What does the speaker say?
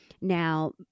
Now